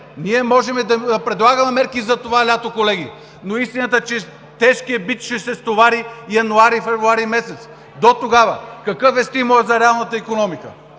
ние можем да предлагаме мерки за това лято, колеги, но истината е, че тежкият бич ще се стовари през януари и февруари месец! Дотогава какъв е стимулът за реалната икономика?